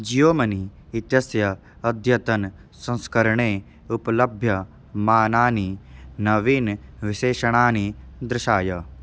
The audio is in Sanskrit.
जीयो मनी इत्यस्य अद्यतनसंस्करणे उपलभ्यमानानि नवीनविशेषणानि दर्शय